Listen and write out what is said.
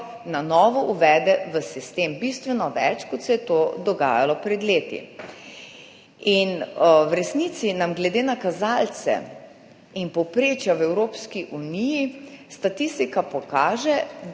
na novo uvede v sistem bistveno več, kot se je to dogajalo pred leti. V resnici nam glede na kazalce in povprečja v Evropski uniji statistika pokaže, da